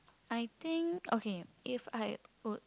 I think okay if I would